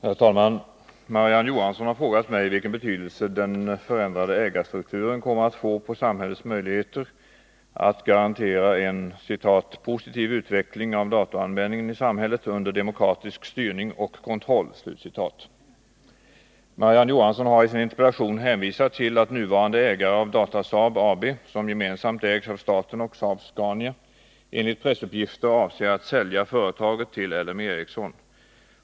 Herr talman! Marie-Ann Johansson har frågat mig vilken betydelse den förändrade ägarstrukturen kommer att få på samhällets möjligheter att garantera en ”positiv utveckling av datoranvändningen i samhället under demokratisk styrning och kontroll”. Marie-Ann Johansson har i sin interpellation hänvisat till att nuvarande ägare av Datasaab AB, som gemensamt ägs av staten och Saab-Scania AB, enligt pressuppgifter avser att sälja företaget till LM Ericsson.